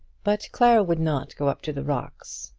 but clara would not go up to the rocks,